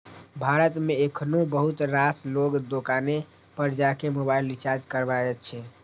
भारत मे एखनो बहुत रास लोग दोकाने पर जाके मोबाइल रिचार्ज कराबै छै